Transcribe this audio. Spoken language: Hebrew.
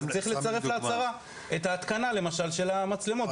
אז צריך לצרף להצהרה את ההתקנה למשל של המצלמות,